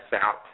out